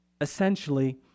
essentially